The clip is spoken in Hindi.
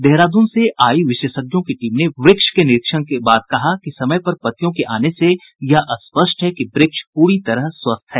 देहरादून से आई विशेषज्ञों की टीम ने वृक्ष के निरीक्षण के बाद कहा कि समय पर पत्तियों के आने से यह स्पष्ट है कि वृक्ष पूरी तरह स्वस्थ है